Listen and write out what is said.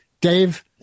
Dave